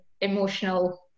emotional